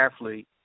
athlete